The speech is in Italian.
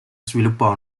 sviluppò